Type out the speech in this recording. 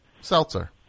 Seltzer